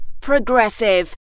progressive